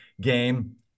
game